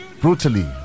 brutally